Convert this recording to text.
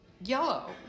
yellow